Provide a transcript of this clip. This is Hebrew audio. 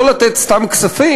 לא לתת סתם כספים,